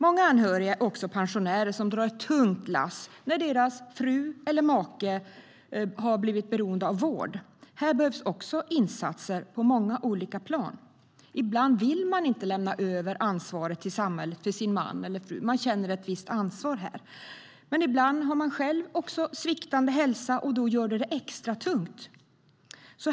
Många anhöriga är också pensionärer som drar ett tungt lass när deras fru eller make har blivit beroende av vård. Här behövs också insatser på många olika plan. Ibland vill man inte lämna över ansvaret till samhället för sin man eller fru då man känner ett visst ansvar. Ibland har man själv en sviktande hälsa som gör det extra tungt.